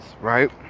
right